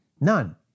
None